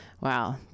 wow